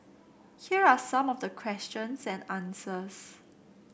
here are some of the questions and answers